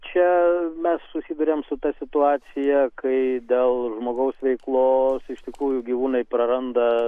čia mes susiduriam su ta situacija kai dėl žmogaus veiklos iš tikrųjų gyvūnai praranda